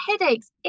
headaches